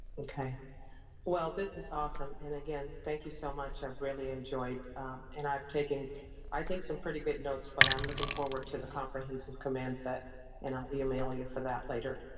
well this is awesome and again thank you so much i've really enjoyed and i've taken i think some pretty good notes but i'm looking forward to the comprehensive command set and i'll email you for that later.